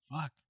fuck